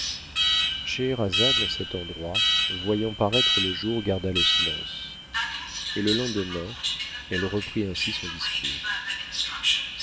scheherazade en cet endroit voyant paraître le jour garda le silence et le lendemain elle reprit ainsi son discours